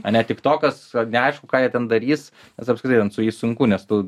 ane tiktokas neaišku ką jie ten darys nes apskritai ten su jais sunku nes tu